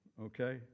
Okay